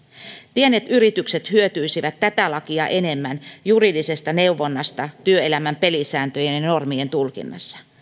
pienet yritykset hyötyisivät tätä lakia enemmän juridisesta neuvonnasta työelämän pelisääntöjen ja ja normien tulkinnassa